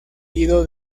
ido